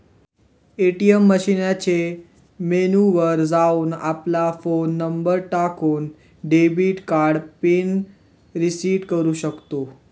ATM मशीनच्या menu वर जाऊन, आपला फोन नंबर टाकून, डेबिट कार्ड पिन रिसेट करू शकतो